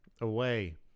away